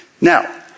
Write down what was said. Now